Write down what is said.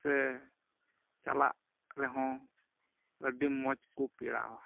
ᱥᱮ ᱪᱟᱞᱟᱜ ᱨᱮᱦᱚᱸ ᱟᱹᱰᱤ ᱢᱚᱡᱽ ᱠᱚ ᱯᱮᱲᱟᱣᱟ